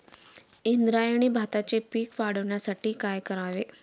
इंद्रायणी भाताचे पीक वाढण्यासाठी काय करावे?